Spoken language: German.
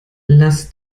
lass